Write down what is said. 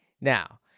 now